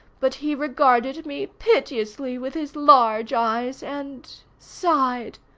but he regarded me piteously with his large eyes and sighed.